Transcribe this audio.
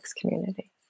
community